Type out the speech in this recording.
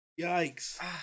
Yikes